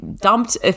Dumped